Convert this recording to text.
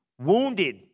wounded